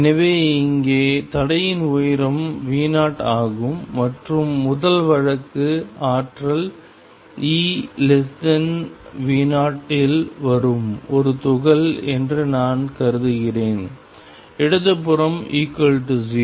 எனவே இங்கே தடையின் உயரம் V0 ஆகும் மற்றும் முதல் வழக்கு ஆற்றல் EV0 இல் வரும் ஒரு துகள் என்று நான் கருதுகிறேன் இடது புறம் 0